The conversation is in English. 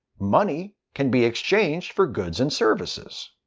money can be exchanged for goods and services.